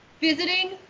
Visiting